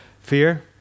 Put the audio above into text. Fear